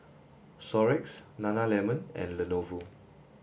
xorex nana lemon and Lenovo